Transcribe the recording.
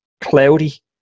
cloudy